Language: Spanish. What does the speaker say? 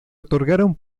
otorgaron